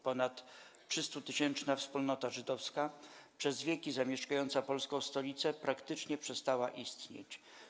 Ponad 300-tysięczna wspólnota żydowska, przez wieki zamieszkująca polską stolicę, praktycznie przestała istnieć.